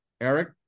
Eric